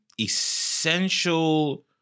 essential